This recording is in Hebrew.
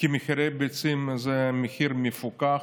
כי מחיר הביצים זה מחיר מפוקח,